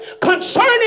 concerning